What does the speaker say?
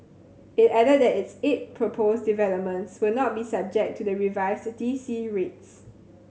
it added that its eight proposed developments will not be subject to the revised D C rates